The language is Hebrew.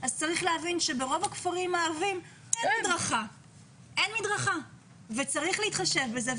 אז צריך להבין שברוב הכפרים הערביים אין מדרכה וצריך להתחשב בזה.